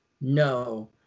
No